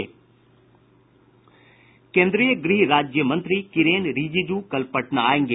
केन्द्रीय गृह राज्य मंत्री किरेन रिजिजू कल पटना आयेंगे